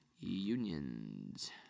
Unions